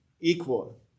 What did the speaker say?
equal